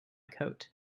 coat